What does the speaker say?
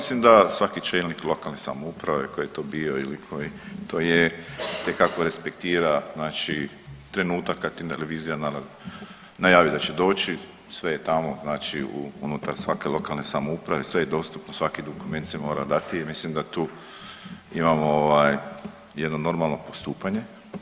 Ja mislim da svaki čelnik lokalne samouprave koji je to bio ili koji to je itekako respektira znači trenutak kad ti revizija najavi da će doći, sve je tamo znači unutar svake lokalne samouprave, sve je dostupno, svaki dokument se mora dati i mislim da tu imamo ovaj jedno normalno postupanje.